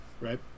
right